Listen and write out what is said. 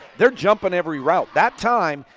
they are jumping every route. that time,